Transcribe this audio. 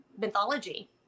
mythology